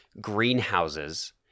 greenhouses